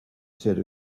said